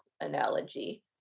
analogy